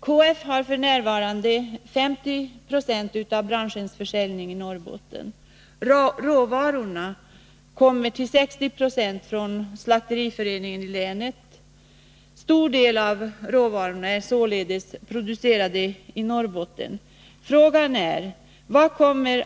KF har f.n. 50 960 av branschens försäljning i Norrbotten. Råvarorna kommer till 60 26 från slakteriföreningen i länet. En stor del av råvarorna är således producerade i Norrbotten. Frågan är: Vad kommer